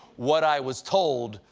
what i was told.